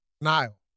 Nile